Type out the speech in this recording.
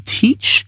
teach